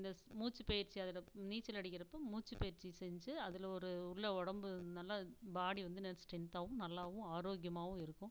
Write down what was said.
இந்த மூச்சுப்பயிற்சி அதில் நீச்சல் அடிக்கிறப்போ மூச்சுப்பயிற்சி செஞ்சு அதில் ஒரு உள்ள உடம்பு நல்லா பாடி வந்து நல்ல ஸ்ட்ரென்த்தாகவும் நல்லாவும் ஆரோக்கியமாகவும் இருக்கும்